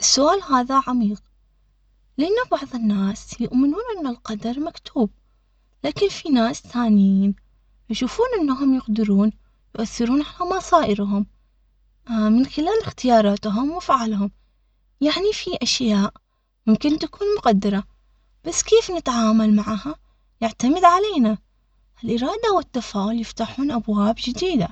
السؤال هذا عميق لأنه بعض الناس يؤمنون أن القدر مكتوب، لكن فيه ناس ثانيين يشوفون إنهم يقدرون يؤثرون على مصائرهم من خلال اختياراتهم وأفعالهم، يعني في أشياء ممكن تكون مقدرة، بس كيف نتعامل معاها؟